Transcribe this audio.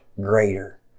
greater